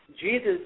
Jesus